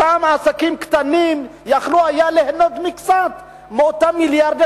אותם עסקים קטנים יכלו ליהנות מקצת מאותם מיליארדי